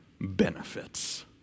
benefits